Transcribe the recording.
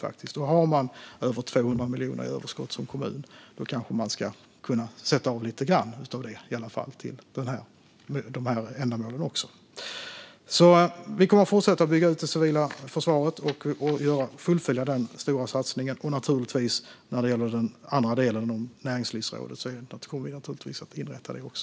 Om man i en kommun har ett överskott på 235 miljoner kan man kanske avsätta i alla fall lite grann av det för dessa ändamål. Vi kommer att fortsätta att bygga ut det civila försvaret och fullfölja den stora satsningen. När det gäller den andra delen - ett näringslivsråd - kommer vi naturligtvis att inrätta det också.